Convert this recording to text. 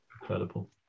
Incredible